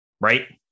right